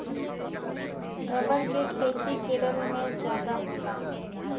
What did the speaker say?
rubber के खेती केरल में जादा होला